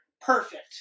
perfect